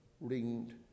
ringed